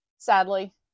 sadly